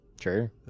sure